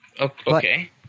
Okay